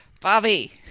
Bobby